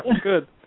Good